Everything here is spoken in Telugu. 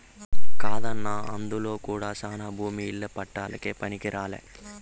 కాదన్నా అందులో కూడా శానా భూమి ఇల్ల పట్టాలకే పనికిరాలే